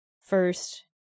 first